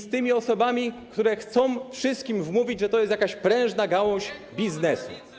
i z tymi osobami, które chcą wszystkim wmówić, że to jest jakaś prężna gałąź biznesu.